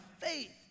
faith